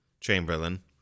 Chamberlain